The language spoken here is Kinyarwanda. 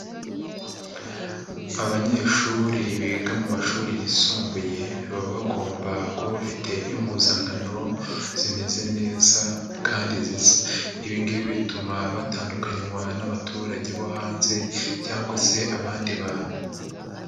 Abanyeshuri biga mu mashuri yisumbuye, baba bagomba kuba bafite impuzankano, zimeze neza kandi zisa. Ibi ngibi bituma batandukanywa n'abaturage bo hanze cyangwa se abandi bantu.